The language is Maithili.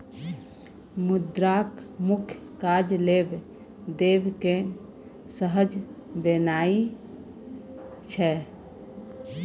मुद्राक मुख्य काज लेब देब केँ सहज बनेनाइ छै